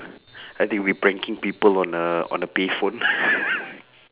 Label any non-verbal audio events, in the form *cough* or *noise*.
I think we pranking people on a on a payphone *laughs*